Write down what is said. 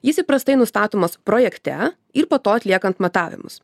jis įprastai nustatomas projekte ir po to atliekant matavimus